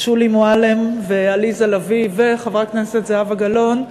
שולי מועלם ועליזה לביא וחברת הכנסת זהבה גלאון,